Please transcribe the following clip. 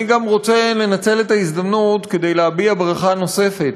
אני גם רוצה לנצל את ההזדמנות כדי להביע ברכה נוספת,